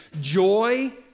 joy